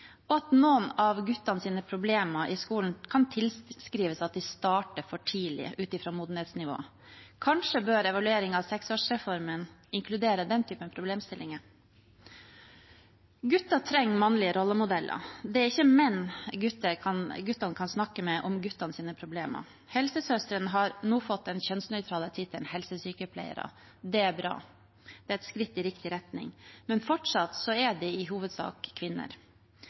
og at noen av guttenes problemer i skolen kan tilskrives at de starter for tidlig, ut fra modenhetsnivået. Kanskje bør evaluering av seksårsreformen inkludere den typen problemstillinger. Gutter trenger mannlige rollemodeller. Det er ikke menn guttene kan snakke med om gutters problemer. Helsesøstrene har nå fått den kjønnsnøytrale tittelen helsesykepleiere. Det er bra, det er et skritt i riktig retning, men fortsatt er de i hovedsak kvinner.